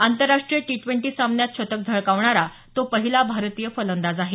आंतरराष्ट्रीय T twenty सामन्यात शतक झळकावणारा तो पहिला भारतीय फलंदाज आहे